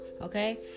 okay